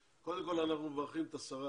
ראשית, אנחנו מברכים את השרה